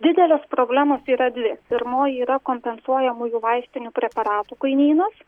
didelės problemos yra dvi pirmoji yra kompensuojamųjų vaistinių preparatų kainynas